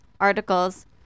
articles